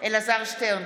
אלעזר שטרן,